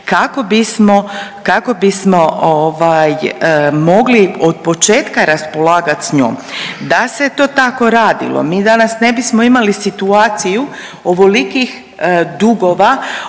kako bismo mogli od početka raspolagat s njom. Da se to tako radilo mi danas ne bismo imali situaciju ovolikih dugova,